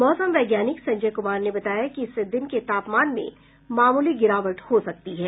मौसम वैज्ञानिक संजय कुमार ने बताया कि इससे दिन के तापमान में मामूली गिरावट हो सकती है